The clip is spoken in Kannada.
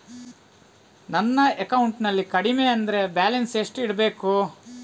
ನನ್ನ ಅಕೌಂಟಿನಲ್ಲಿ ಕಡಿಮೆ ಅಂದ್ರೆ ಬ್ಯಾಲೆನ್ಸ್ ಎಷ್ಟು ಇಡಬೇಕು?